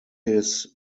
his